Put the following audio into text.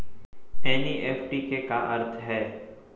NEFT के का अर्थ है?